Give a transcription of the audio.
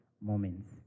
moments